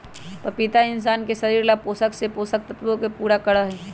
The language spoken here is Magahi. पपीता इंशान के शरीर ला बहुत से पोषक तत्व के पूरा करा हई